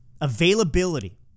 availability